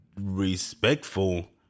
respectful